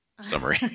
Summary